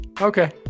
okay